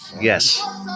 Yes